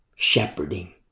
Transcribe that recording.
Shepherding